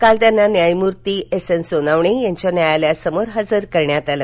काल त्यांना न्यायमूर्ती एस एन सोनावणे यांच्या न्यायालयासमोर हजर करण्यात आलं